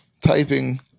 typing